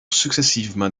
successivement